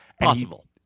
Possible